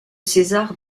césar